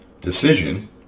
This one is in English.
decision